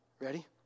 Ready